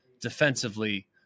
defensively